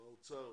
האוצר